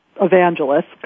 evangelist